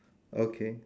okay